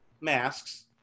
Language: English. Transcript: masks